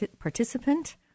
participant